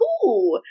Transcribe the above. cool